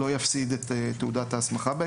לא יפסיד את תעודת ההסמכה.